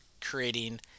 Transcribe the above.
creating